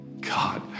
God